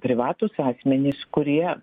privatūs asmenys kurie